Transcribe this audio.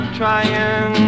trying